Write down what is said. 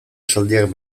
esaldiak